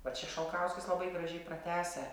va čia šalkauskis labai gražiai pratęsia